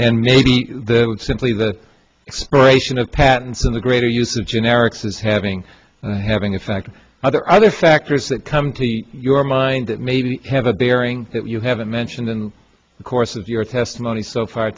and maybe the simply the expiration of patents in the greater use of generics is having having effect other other factors that come to your mind that maybe have a bearing that you haven't mentioned in the course of your testimony so far